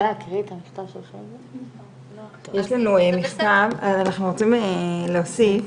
אנחנו רוצים להוסיף,